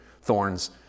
thorns